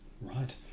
Right